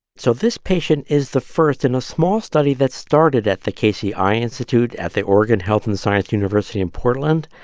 so this patient is the first in a small study that started at the casey eye institute at the oregon health and science university in portland.